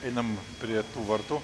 einam prie tų vartų